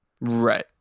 Right